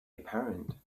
apparent